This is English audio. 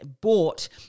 bought